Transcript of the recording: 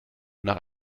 nach